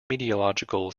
meteorological